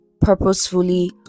purposefully